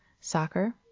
soccer